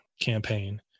campaign